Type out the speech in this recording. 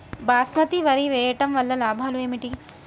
బాస్మతి వరి వేయటం వల్ల లాభాలు ఏమిటి?